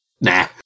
Nah